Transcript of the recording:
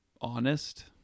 honest